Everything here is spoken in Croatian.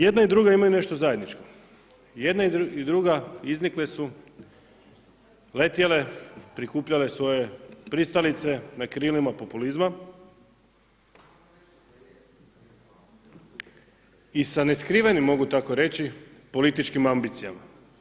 Jedna i druga imaju nešto zajedničko, jedna i druga iznikle su, letjele, prikupljale svoje pristalice na krilima populizma i sa neskrivenim mogu tako reći, političkim ambicijama.